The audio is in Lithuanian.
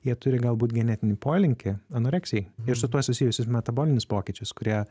jie turi galbūt genetinį polinkį anoreksijai ir su tuo susijusius metabolinius pokyčius kurie